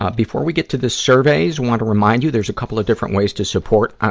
ah before we get to the surveys, want to remind you there's a couple of different ways to support, ah,